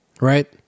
right